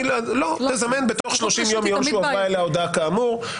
ש"ועדת החוקה תזמן בתוך 30 יום מיום שהועברה אליה ההודעה כאמור".